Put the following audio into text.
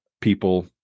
people